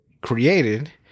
created